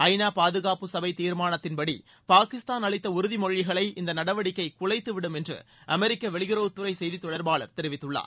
ஐ நா பாதுகாப்பு சடை தீர்மானத்தின்படி பாக்கிஸ்தான் அளித்த உறுதிமொழிகளை இந்த நடவடிக்கை குலைத்துவிடும் என்று அமெரிக்க வெளியுறவுத் துறை செய்தி தொடர்பாளர் தெரிவித்துள்ளார்